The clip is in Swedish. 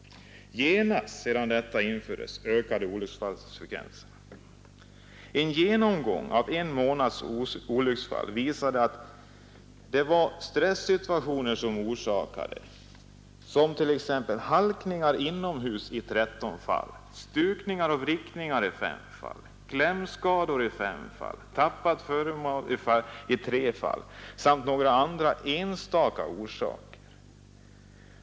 Genast sedan det nya systemet hade införts ökade olycksfallen. En genomgång av en månads olycksfall visade att de orsakades av stressituationer. Det förekom t.ex. halkningar inomhus i 13 fall, stukningar och vrickningar i 5 fall, klämskador i 5 fall och tappade föremål i 3 fall. Dessutom förekom enstaka olycksfall av andra orsaker.